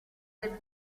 del